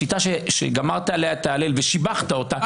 בשיטה שגמרת עליה את ההלל ושיבחת אותה,